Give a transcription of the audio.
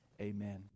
Amen